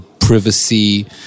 privacy